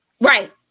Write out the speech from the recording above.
right